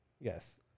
Yes